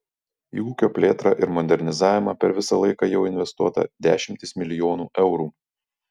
į ūkio plėtrą ir modernizavimą per visą laiką jau investuota dešimtys milijonų eurų